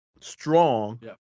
strong